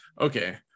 okay